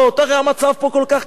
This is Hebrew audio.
הרי המצב פה כל כך קשה.